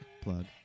plug